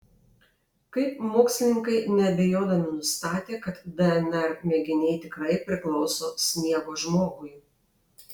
kaip mokslininkai neabejodami nustatė kad dnr mėginiai tikrai priklauso sniego žmogui